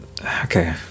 okay